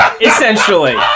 essentially